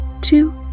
two